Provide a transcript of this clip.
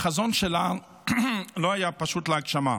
החזון שלה לא היה פשוט להגשמה.